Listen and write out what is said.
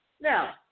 Now